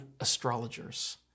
astrologers